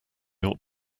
ought